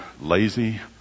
lazy